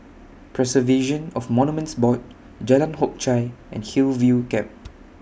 Preservation of Monuments Board Jalan Hock Chye and Hillview Camp